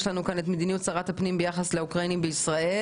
יש לנו כאן את מדיניות שרת הפנים ביחד לאוקראינים בישראל.